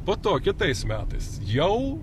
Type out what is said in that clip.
po to kitais metais jau